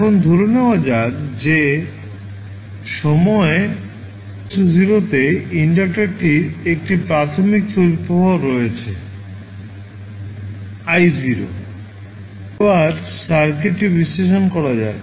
এখন ধরে নেওয়া যাক যে সময় t 0 তে ইন্ডাক্টারটির একটি প্রাথমিক তড়িৎ প্রবাহ রয়েছে I0 এবার সার্কিটটি বিশ্লেষণ করা যাক